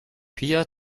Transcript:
pia